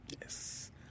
Yes